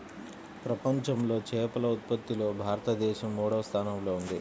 ప్రపంచంలో చేపల ఉత్పత్తిలో భారతదేశం మూడవ స్థానంలో ఉంది